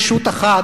ישות אחת,